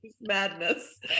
Madness